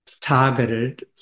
targeted